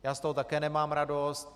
Já z toho také nemám radost.